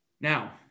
Now